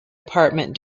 apartment